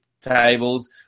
tables